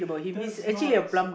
that's not so